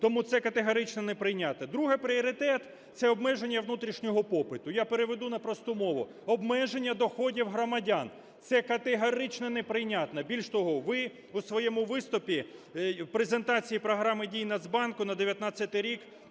Тому це категорично неприйнятно. Другий пріоритет – це обмеження внутрішнього попиту. Я переведу на просту мову – обмеження доходів громадян. Це категорично неприйнятно. Більш того, ви у своєму виступі, презентації Програми дій Нацбанку на 19-й рік